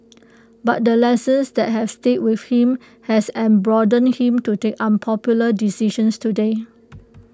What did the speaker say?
but the lessons that have stayed with him have emboldened him to take unpopular decisions today